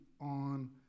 on